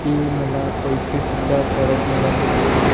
ते मला पैसेसुद्धा परत मिळालेले नाही